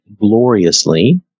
gloriously